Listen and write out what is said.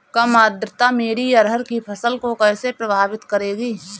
कम आर्द्रता मेरी अरहर की फसल को कैसे प्रभावित करेगी?